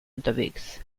unterwegs